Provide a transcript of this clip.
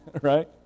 Right